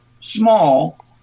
small